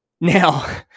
Now